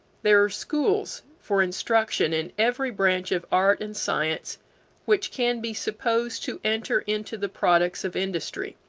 there are schools for instruction in every branch of art and science which can be supposed to enter into the products of industry.